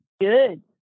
Good